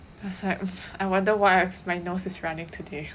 I was like I wonder why my nose is running today